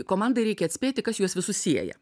komandai reikia atspėti kas juos visus sieja